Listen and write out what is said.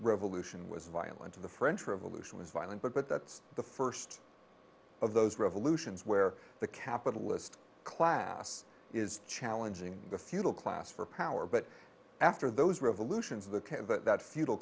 revolution was violent to the french revolution was violent but that's the first of those revolutions where the capitalist class is challenging the feudal class for power but after those revolutions of the can but that f